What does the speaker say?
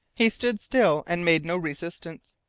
he stood still and made no resistance.